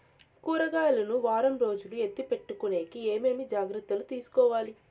కూరగాయలు ను వారం రోజులు ఎత్తిపెట్టుకునేకి ఏమేమి జాగ్రత్తలు తీసుకొవాలి?